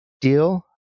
deal